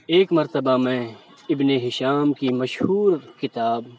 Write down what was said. ایک مرتبہ میں ابن ہشام کی مشہور کتاب